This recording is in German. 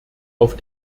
auf